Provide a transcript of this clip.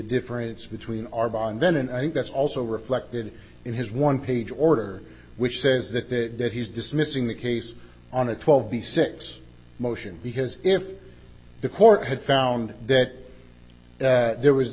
difference between our bond then and i think that's also reflected in his one page order which says that that he's dismissing the case on a twelve b six motion because if the court had found that there was